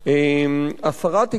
השרה תקבע,